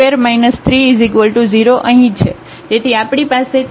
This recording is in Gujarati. તેથી આપણી પાસે 3y2 120 હશે